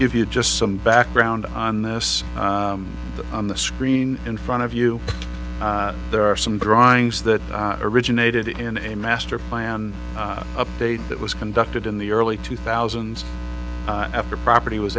if you just some background on this on the screen in front of you there are some drawings that originated in a master plan update that was conducted in the early two thousand after property was